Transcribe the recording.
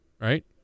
right